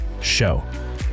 show